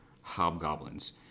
hobgoblins